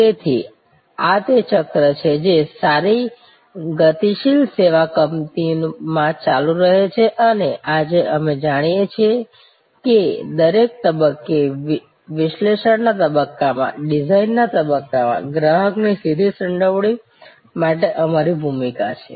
તેથી આ તે ચક્ર છે જે સારી ગતિશીલ સેવા કંપનીમાં ચાલુ રહે છે અને આજે અમે જાણીએ છીએ કે દરેક તબક્કે વિશ્લેષણના તબક્કામાં ડિઝાઇનના તબક્કામાં ગ્રાહકની સીધી સંડોવણી માટે અમારી ભૂમિકા છે